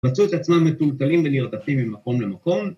‫מצאו את עצמם מטולטלים ונרדפים ‫ממקום למקום.